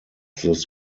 this